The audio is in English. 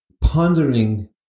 pondering